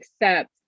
accept